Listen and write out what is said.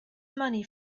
money